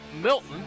Milton